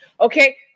Okay